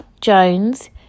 Jones